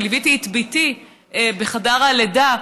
שליוויתי את בתי בחדר הלידה.